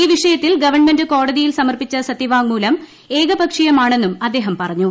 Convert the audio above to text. ഈ വിഷയത്തിൽ ഗവൺമെന്റ് കോടതിയിൽ സമർപ്പിച്ച സത്യവാങ്മൂലം ഏകപക്ഷീയമാണെന്നും അദ്ദേഹം പറഞ്ഞു